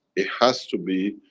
it has to be,